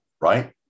right